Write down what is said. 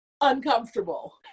uncomfortable